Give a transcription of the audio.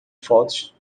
fotos